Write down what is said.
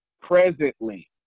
presently